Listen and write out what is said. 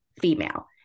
female